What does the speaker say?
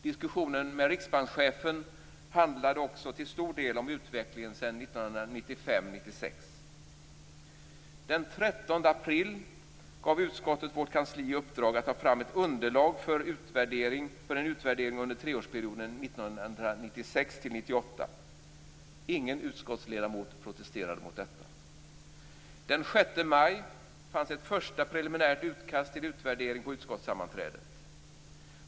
Diskussionen med riksbankschefen handlade också till stor del om utvecklingen sedan Den 13 april gav utskottet vårt kansli i uppdrag att ta fram underlag för en utvärdering under treårsperioden 1996-1998. Ingen utskottsledamot protesterade mot detta. Den 6 maj fanns ett första preliminärt utkast till utvärdering på utskottssammanträdet.